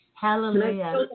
hallelujah